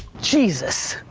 jesus.